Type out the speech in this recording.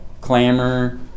clamor